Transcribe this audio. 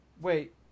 wait